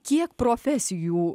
kiek profesijų